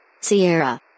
Sierra